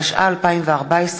התשע"ה 2014,